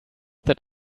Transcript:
that